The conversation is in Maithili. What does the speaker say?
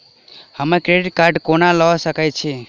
हम क्रेडिट कार्ड कोना लऽ सकै छी?